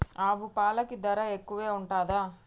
ఆవు పాలకి ధర ఎక్కువే ఉంటదా?